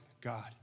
God